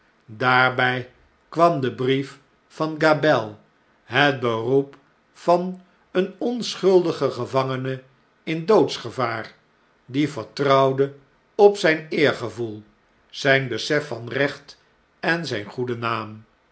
daarbjj kwam de brief van gabelle et beroep van een onschuldigen gevangenein doodsgevaar die vertrouwde op zjjn eergevoel zjn besef van recht en zjjn goeden naam